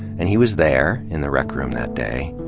and he was there in the rec room that day.